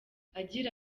agira